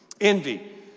Envy